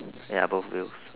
ya both wheels